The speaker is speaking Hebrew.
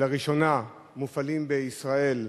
שלראשונה מופעלים בישראל.